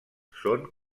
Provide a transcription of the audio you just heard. són